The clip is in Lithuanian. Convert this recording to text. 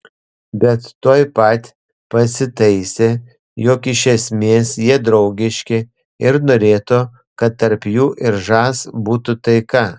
bet tuoj pat pasitaisė jog iš esmės jie draugiški ir norėtų kad tarp jų ir žas būtų taika